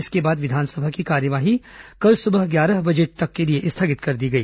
इसके बाद विधानसभा की कार्यवाही कल सुबह ग्यारह बजे तक के लिए स्थगित कर दी गई